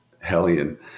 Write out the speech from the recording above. hellion